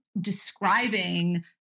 describing